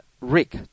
rick